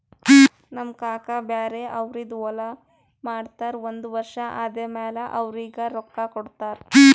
ನಮ್ ಕಾಕಾ ಬ್ಯಾರೆ ಅವ್ರದ್ ಹೊಲಾ ಮಾಡ್ತಾರ್ ಒಂದ್ ವರ್ಷ ಆದಮ್ಯಾಲ ಅವ್ರಿಗ ರೊಕ್ಕಾ ಕೊಡ್ತಾರ್